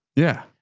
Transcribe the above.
yeah.